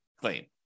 claim